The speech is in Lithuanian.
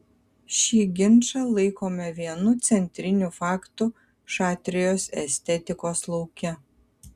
šį ginčą laikome vienu centrinių faktų šatrijos estetikos lauke